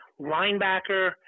linebacker